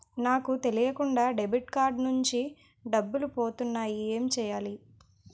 నాకు తెలియకుండా debit card నుంచి డబ్బులు పోతున్నాయి ఎం చెయ్యాలి?